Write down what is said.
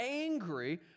angry